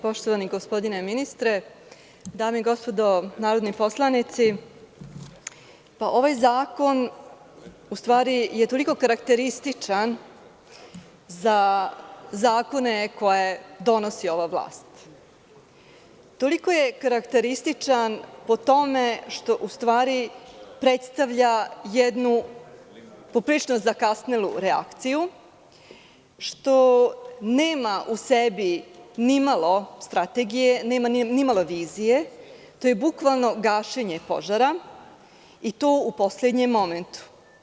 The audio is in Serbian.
Poštovani gospodine ministre, dame i gospodo narodni poslanici, ovaj zakon u stvari je toliko karakterističan za zakone koje donosi ova vlast, toliko je karakterističan po tome što u stvari predstavlja jednu poprilično zakasnelu reakciju, što nema u sebi ni malo strategije, nema ni malo vizije, to je bukvalno gašenje požara i to u poslednjem momentu.